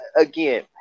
again